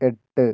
എട്ട്